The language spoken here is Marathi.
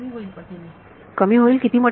कमी होईल पटीने किती